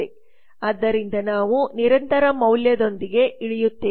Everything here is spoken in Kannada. ಆದ್ದರಿಂದ ನಾವು ನಿರಂತರ ಮೌಲ್ಯದೊಂದಿಗೆ ಇಳಿಯುತ್ತೇವೆ